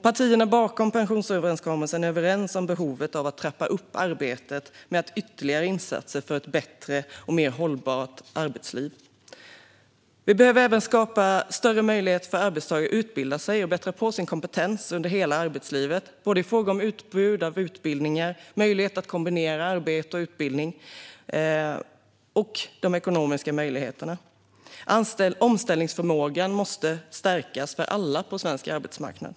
Partierna bakom pensionsöverenskommelsen är överens om behovet av att trappa upp arbetet med ytterligare insatser för ett bättre och mer hållbart arbetsliv. Vi behöver även skapa större möjligheter för arbetstagare att utbilda sig och bättra på sin kompetens under hela arbetslivet. Det gäller såväl utbud av utbildningar som möjlighet att kombinera arbete med utbildning och ekonomiska möjligheter. Omställningsförmågan måste stärkas för alla på svensk arbetsmarknad.